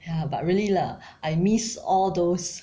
ya but really lah I miss all those